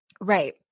Right